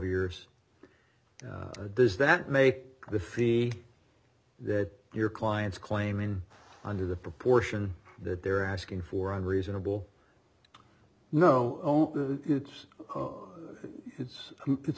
years does that may be the fee that your clients claiming under the proportion that they're asking for a reasonable no it's it's it's